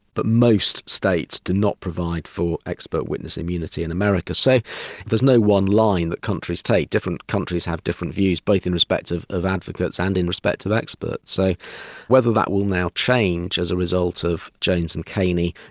but most states do not provide for expert witness immunity in america. so there's no one line that countries take different countries have different views, both in respect of of advocates and in respect of experts. so whether that will now change as a result of jones and kaney,